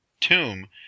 tomb